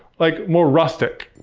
like more rustic.